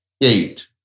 eight